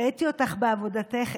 ראיתי אותך בעבודתך,